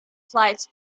flights